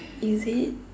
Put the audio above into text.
is it